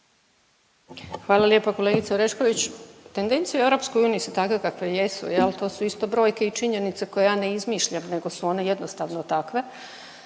Hvala lijepa kolegice Orešković. Tendencije u EU su takve kakve jesu jel, to su isto brojke i činjenice koje ja ne izmišljam, nego su one jednostavno takve.